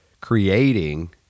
creating